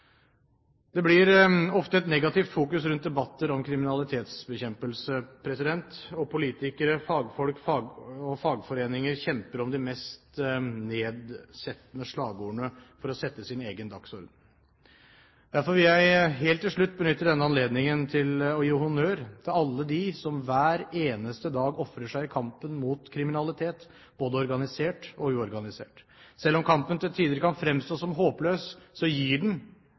Det blir ofte negativ fokusering rundt debatter om kriminalitetsbekjempelse. Politikere, fagfolk og fagforeninger kjemper om de mest nedsettende slagordene for å sette sin egen dagsorden. Derfor vil jeg helt til slutt benytte denne anledningen til å gi honnør til alle dem som hver eneste dag ofrer seg i kampen mot kriminalitet, både organisert og uorganisert. Selv om kampen til tider kan fremstå som håpløs, så gir den